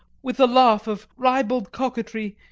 with a laugh of ribald coquetry,